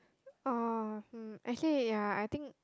oh um actually ya I think